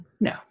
no